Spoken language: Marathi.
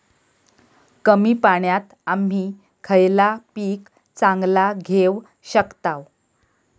कमी पाण्यात आम्ही खयला पीक चांगला घेव शकताव?